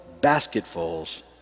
basketfuls